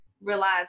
realize